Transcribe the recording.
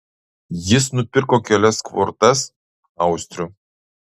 jis nupirko kelias kvortas austrių